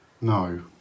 No